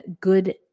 good